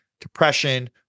depression